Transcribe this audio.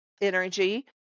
energy